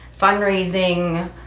fundraising